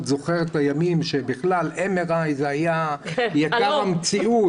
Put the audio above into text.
זוכר את הימים ש-MRI היה יקר המציאות.